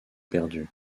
perdues